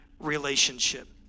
relationship